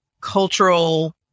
cultural